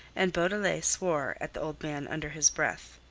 and beaudelet swore at the old man under his breath.